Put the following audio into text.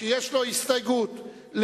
קבוצת חד"ש,